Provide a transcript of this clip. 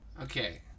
Okay